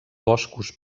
boscos